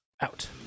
out